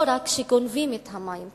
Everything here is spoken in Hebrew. לא רק שגונבים את המים,